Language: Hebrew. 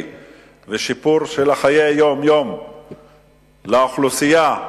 ושיפור בחיי היום-יום של האוכלוסייה.